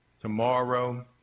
tomorrow